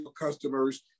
customers